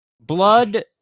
Blood